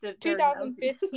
2015